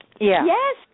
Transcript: Yes